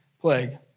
plague